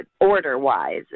order-wise